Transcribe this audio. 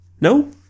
No